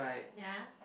ya